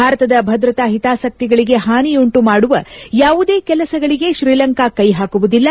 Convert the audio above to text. ಭಾರತದ ಭದ್ರತಾ ಹಿತಾಸಕ್ತಿಗಳಿಗೆ ಹಾನಿಯುಂಟು ಮಾಡುವ ಯಾವುದೇ ಕೆಲಸಗಳಿಗೆ ತ್ರೀಲಂಕಾ ಕೈಹಾಕುವುದಿಲ್ಲ